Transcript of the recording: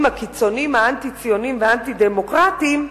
הקיצוניים האנטי-ציוניים והאנטי-דמוקרטיים,